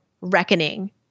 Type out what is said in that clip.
reckoning